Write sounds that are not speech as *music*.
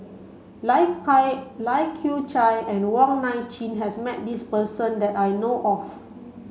Lai *unintelligible* Lai Kew Chai and Wong Nai Chin has met this person that I know of